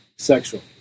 sexual